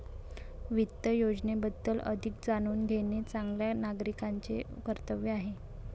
वित्त योजनेबद्दल अधिक जाणून घेणे चांगल्या नागरिकाचे कर्तव्य आहे